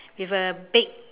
with a big